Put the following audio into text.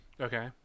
Okay